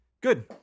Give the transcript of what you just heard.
Good